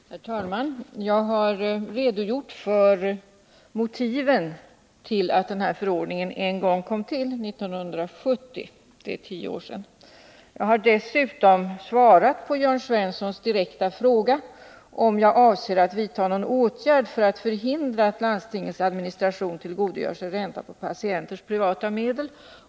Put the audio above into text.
Herr talman! Jag har redogjort för motiven till att den här förordningen en gång kom till 1970 — för tio år sedan. Jag har dessutom svarat på Jörn Svenssons direkta fråga om jag avser att vidta någon åtgärd för att förhindra att landstingens administration tillgodogör sig ränta på patienters privata medel.